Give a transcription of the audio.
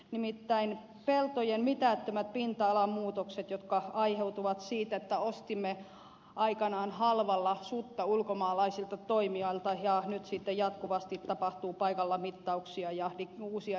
nimittäin peltojen mitättömät pinta alamuutokset aiheutuvat siitä että ostimme aikanaan halvalla sutta ulkomaalaisilta toimijoilta ja nyt sitten jatkuvasti tapahtuu paikalla mittauksia ja uusia digitointeja